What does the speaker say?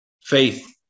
faith